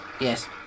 Yes